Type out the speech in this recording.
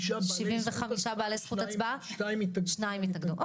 75 בעלי זכות הצבעה 2 התנגדו.